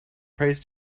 prays